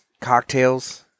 cocktails